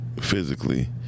physically